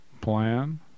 Plan